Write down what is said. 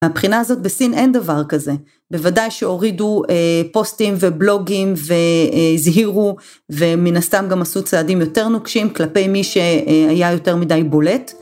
מבחינה זאת בסין אין דבר כזה, בוודאי שהורידו פוסטים ובלוגים וזהירו ומן הסתם גם עשו צעדים יותר נוגשים כלפי מי שהיה יותר מדי בולט.